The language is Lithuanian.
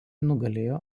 nugalėjo